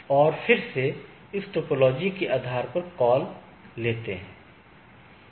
और फिर वे इस टोपोलॉजी के आधार पर कॉल लेते हैं